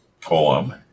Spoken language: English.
poem